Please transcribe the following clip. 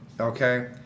Okay